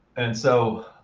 and so,